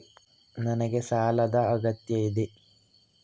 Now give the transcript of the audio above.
ನನಗೆ ಸಾಲದ ಅಗತ್ಯ ಇದೆ?